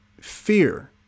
fear